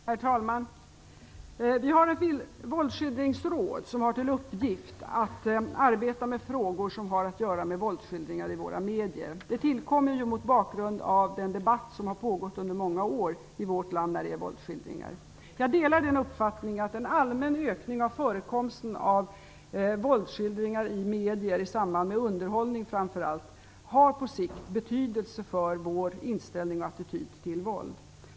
Herr talman! Vi har ett våldsskildringsråd, som har till uppgift att arbeta med frågor som har att göra med våldsskildringar i våra medier. Det tillkom mot bakgrund av den debatt som har pågått under många år i vårt land när det gäller våldsskildringar. Jag delar uppfattningen att en allmän ökning av förekomsten av våldsskildringar i medier, framför allt i samband med underhållning, på sikt har betydelse för vår inställning och attityd till våld.